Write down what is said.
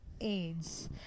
AIDS